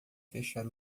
fechar